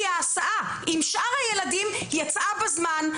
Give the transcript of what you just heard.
כי ההסעה עם שאר הילדים יצאה בזמן,